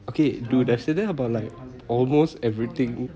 okay dude you've said that about like almost everything